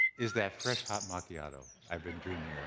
is that fresh hot macchiato i've been dreaming